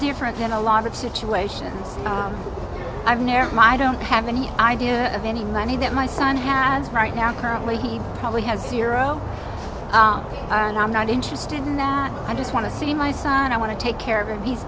different in a lot of situations i've near my i don't have any idea of any money that my son has right now currently he probably has zero and i'm not interested in that i just want to see my son i want to take care of him he's